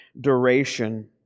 duration